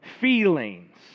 feelings